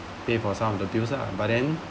pay for some of the bills lah but then